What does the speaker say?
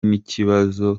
n’ikibazo